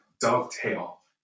dovetail